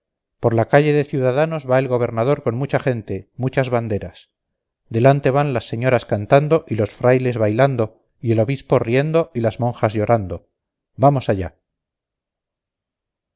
por la calle de ciudadanos va el gobernador con mucha gente muchas banderas delante van las señoras cantando y los frailes bailando y el obispo riendo y las monjas llorando vamos allá